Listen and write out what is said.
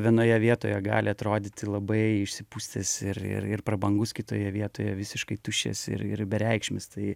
vienoje vietoje gali atrodyti labai išsipustęs ir ir ir prabangus kitoje vietoje visiškai tuščias ir ir bereikšmis tai